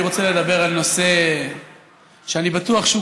אני רוצה לדבר על נושא שאני בטוח שהוא